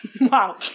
Wow